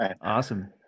Awesome